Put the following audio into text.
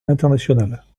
internationales